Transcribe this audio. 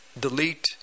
delete